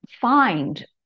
find